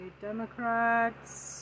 Democrats